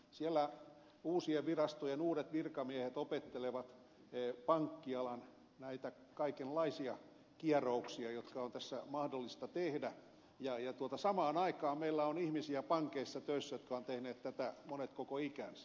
siellä uusien virastojen uudet virkamiehet opettelevat näitä kaikenlaisia pankkialan kierouksia jotka on tässä mahdollista tehdä mutta samaan aikaan meillä on pankeissa töissä ihmisiä joista monet ovat tehneet tätä koko ikänsä